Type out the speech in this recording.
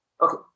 Okay